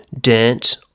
dance